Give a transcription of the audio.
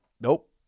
Nope